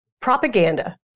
Propaganda